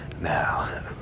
Now